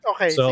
Okay